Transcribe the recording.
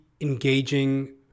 engaging